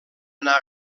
anar